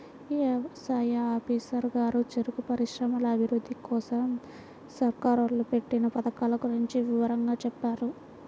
యవసాయ ఆఫీసరు గారు చెరుకు పరిశ్రమల అభిరుద్ధి కోసరం సర్కారోళ్ళు పెట్టిన పథకాల గురించి వివరంగా చెప్పారు